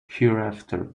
hereafter